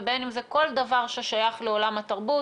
ובין אם זה כל דבר ששייך לעולם התרבות.